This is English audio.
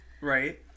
Right